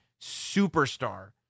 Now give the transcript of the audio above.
superstar